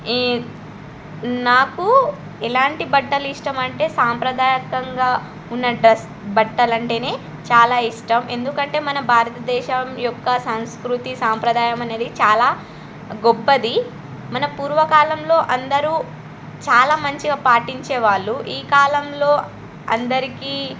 ఈ నాకు ఎలాంటి బట్టలు ఇష్టమంటే సాంప్రదాయకంగా ఉన్న డ్రస్ బట్టలు అంటేనే చాలా ఇష్టం ఎందుకంటే మన భారతదేశం యొక్క సంస్కృతి సాంప్రదాయం అనేది చాలా గొప్పది మన పూర్వకాలంలో అందరూ చాలా మంచిగా పాటించేవాళ్ళు ఈ కాలంలో అందరికీ